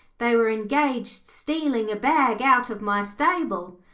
they were engaged stealing a bag out of my stable.